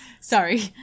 Sorry